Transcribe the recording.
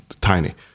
tiny